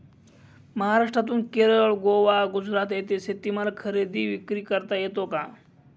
महाराष्ट्रातून केरळ, गोवा, गुजरात येथे शेतीमाल खरेदी विक्री करता येतो का?